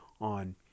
on